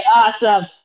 awesome